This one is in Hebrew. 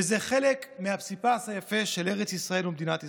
וזה חלק מהפסיפס היפה של ארץ ישראל ומדינת ישראל.